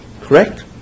Correct